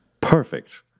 Perfect